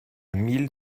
mille